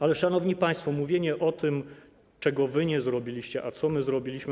Ale, szanowni państwo, mówienie o tym, czego wy nie zrobiliście, a co my zrobiliśmy.